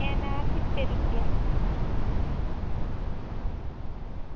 એના સિત્તેર રૂપિયા